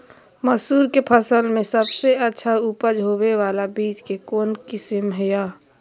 मसूर के फसल में सबसे अच्छा उपज होबे बाला बीज के कौन किस्म हय?